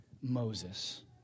Moses